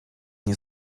nie